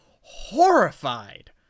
horrified